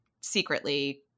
secretly